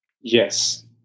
Yes